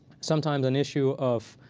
sometimes an issue of